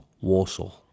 warsaw